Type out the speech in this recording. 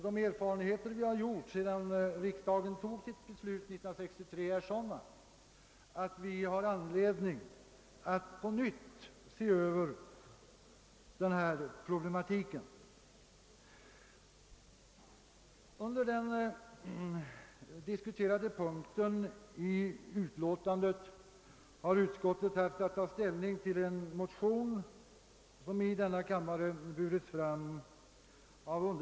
De erfarenheter som gjorts sedan riksdagen fattade beslutet 1963 är också sådana, att vi har anledning att på nytt pröva trafikpolitiken. Under den diskuterade punkten i utlåtandet har utskottet haft att ta ställning till en motion som i denna kammare burits fram av mig.